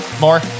more